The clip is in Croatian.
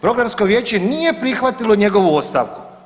Programsko vijeće nije prihvatilo njegovu ostavku.